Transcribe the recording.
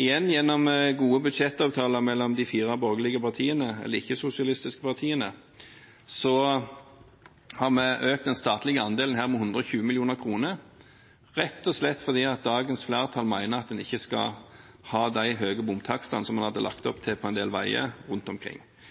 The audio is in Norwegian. Igjen: Gjennom gode budsjettavtaler mellom de fire borgerlige partiene, eller de ikke-sosialistiske partiene, har vi økt den statlige andelen her med 120 mill. kr – rett og slett fordi dagens flertall mener at vi ikke skal ha de høye bomtakstene som en hadde lagt opp til på en del veier rundt omkring.